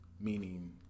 meaning